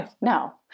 no